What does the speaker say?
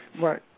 Right